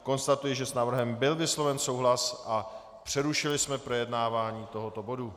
Konstatuji, že s návrhem byl vysloven souhlas a přerušili jsme projednávání tohoto bodu.